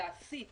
נסיט